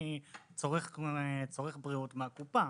אני צורך בריאות מהקופה.